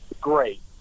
great